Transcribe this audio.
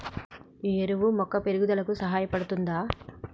ఈ ఎరువు మొక్క పెరుగుదలకు సహాయపడుతదా?